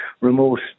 remote